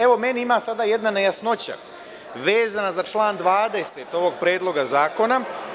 Evo, meni ima sada jedna nejasnoća vezana za član 20. ovog Predloga zakona.